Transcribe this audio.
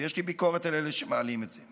ויש לי ביקורת על אלה שמעלים את זה.